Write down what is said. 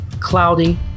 cloudy